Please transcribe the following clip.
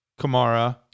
Kamara